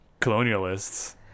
colonialists